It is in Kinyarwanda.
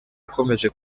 akomeje